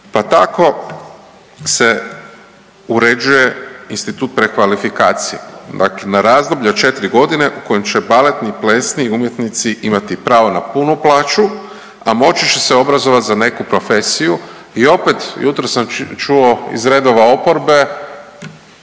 pa tako se uređuje institut prekvalifikacije dakle na razdoblje od 4.g. u kojem će baletni i plesni umjetnici imati pravo na punu plaću, a moći će se obrazovat za neku profesiju i opet jutros sam čuo iz redova oporbe